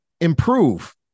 improve